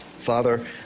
Father